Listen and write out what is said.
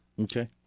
Okay